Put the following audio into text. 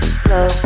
slow